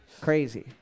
Crazy